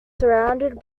surrounded